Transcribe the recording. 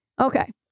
Okay